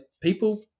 people